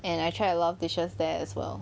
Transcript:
and I tried a lot of dishes there as well